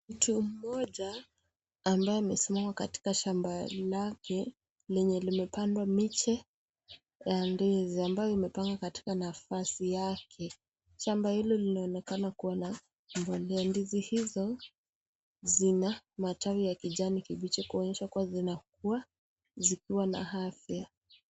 Mtu mmoja ambaye amesimama katika shamba lake lenye limepandwa miche ya ndizi ambayo imepandwa katika nafasi yake. Shamba hilo linaonekana kuwa na mbolea. Ndizi hizo zina matawi ya kijani kibichi kuonyesha kuwa zinakua zikiwa na afya.